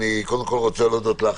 אני שוב רוצה להודות לך,